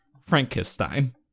Frankenstein